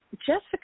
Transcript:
Jessica